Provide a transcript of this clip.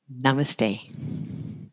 Namaste